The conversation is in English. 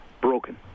broken